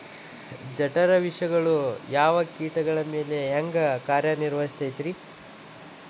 ಜಠರ ವಿಷಗಳು ಯಾವ ಕೇಟಗಳ ಮ್ಯಾಲೆ ಹ್ಯಾಂಗ ಕಾರ್ಯ ನಿರ್ವಹಿಸತೈತ್ರಿ?